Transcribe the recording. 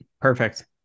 Perfect